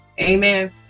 Amen